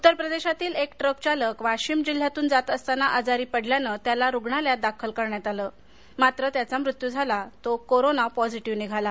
उत्तर प्रदेशातील एक ट्रक चालक वाशिम जिल्ह्यातून जात असताना आजारी पडल्यानं त्याला रुग्णालयात दाखल केलं मात्र त्याचा मृत्यू झाला तो कोरोना पॅझिटिव्ह निघाला